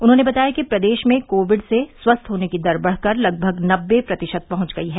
उन्होंने बताया कि प्रदेश में कोविड से स्वस्थ होने की दर बढ़कर लगभग नब्बे प्रतिशत पहुंच गयी है